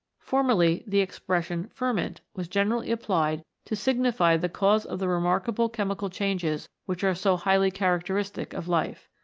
formerly the expression ferment was generally applied to signify the cause of the remarkable chemical changes which are so highly characteristic of life.